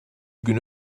günü